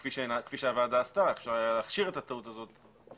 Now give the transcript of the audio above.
כפי שהוועדה עשתה להכשיר את הטעות בדיעבד.